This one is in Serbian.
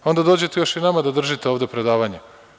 Onda dođete još i nama da držite ovde predavanje.